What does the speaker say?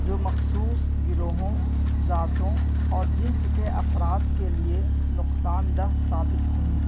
جو مخصوص گروہوں ذاتوں اور جنس کے افراد کے لیے نقصان دہ ثابت ہوئی